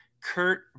Kurt